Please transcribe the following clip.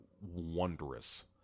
wondrous